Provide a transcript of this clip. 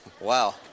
Wow